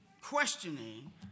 questioning